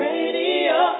Radio